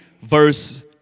verse